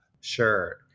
Sure